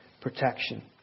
protection